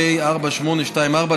פ/4824,